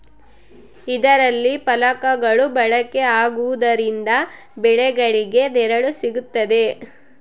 ಇದರಲ್ಲಿ ಫಲಕಗಳು ಬಳಕೆ ಆಗುವುದರಿಂದ ಬೆಳೆಗಳಿಗೆ ನೆರಳು ಸಿಗುತ್ತದೆ